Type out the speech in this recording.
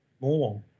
more